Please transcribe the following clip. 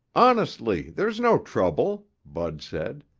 honestly there's no trouble, bud said.